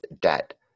debt